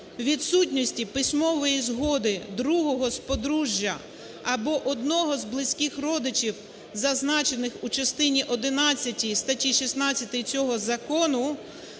"Відсутності письмової згоди другого з подружжя або одного з близьких родичів, зазначених у частині одинадцятій статті 16 цього закону,